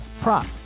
prop